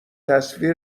تصویر